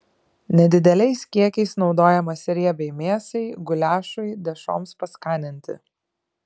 nedideliais kiekiais naudojamas riebiai mėsai guliašui dešroms paskaninti